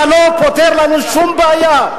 אתה לא פותר לנו שום בעיה,